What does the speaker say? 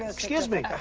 excuse me.